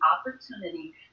opportunity